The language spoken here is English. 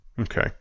Okay